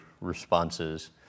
responses